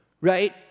Right